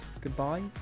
goodbye